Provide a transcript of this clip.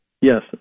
Yes